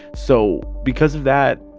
so because of that,